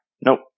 Nope